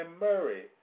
Murray